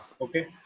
Okay